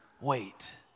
Wait